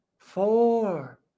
Four